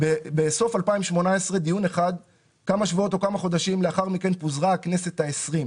בסוף 2018 היה דיון אחד וכמה שבועות או כמה חודשים פוזרה הכנסת ה-20.